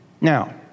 Now